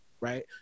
right